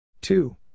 Two